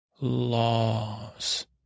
laws